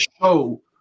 show